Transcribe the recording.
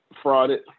frauded